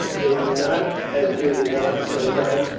they do not, as do the goths sometimes,